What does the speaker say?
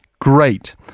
great